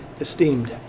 esteemed